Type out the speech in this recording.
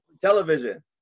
Television